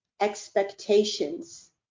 expectations